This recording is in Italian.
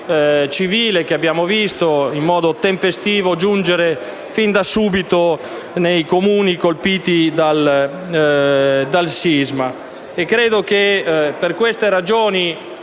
civile, che abbiamo visto in modo tempestivo giungere fin da subito nei Comuni colpiti dal sisma. Credo che per queste ragioni